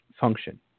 function